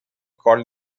called